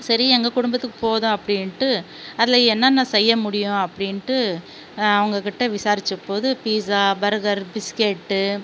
சரி எங்கள் குடும்பத்துக்கு போதும் அப்படின்ட்டு அதில் என்னென்ன செய்ய முடியும் அப்படின்ட்டு அவங்க கிட்ட விசாரித்த போது பீசா பர்கர் பிஸ்கெட்டு